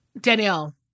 Danielle